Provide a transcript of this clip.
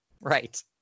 Right